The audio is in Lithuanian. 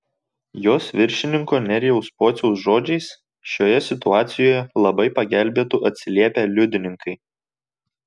jos viršininko nerijaus pociaus žodžiais šioje situacijoje labai pagelbėtų atsiliepę liudininkai